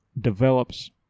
develops